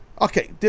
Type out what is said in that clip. Okay